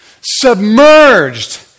submerged